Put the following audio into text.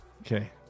Okay